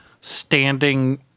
standing